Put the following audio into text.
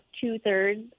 two-thirds